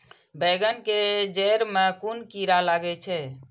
बेंगन के जेड़ में कुन कीरा लागे छै?